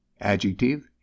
Adjective